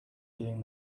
doing